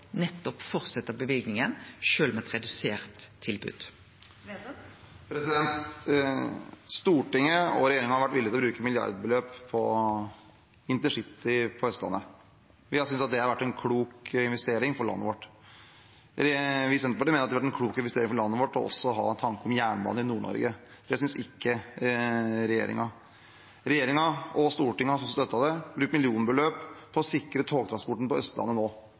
med eit redusert tilbod. Trygve Slagsvold Vedum – til oppfølgingsspørsmål. Stortinget og regjeringen har vært villige til å bruke milliardbeløp på intercity på Østlandet. Vi har syntes at det har vært en klok investering for landet vårt. Vi i Senterpartiet mener det ville vært en klok investering for landet vårt også å ha en tanke om jernbane i Nord-Norge. Det synes ikke regjeringen. Regjeringen – og Stortinget, som støttet det – har brukt millionbeløp på å sikre togtransporten på Østlandet nå,